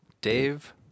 Dave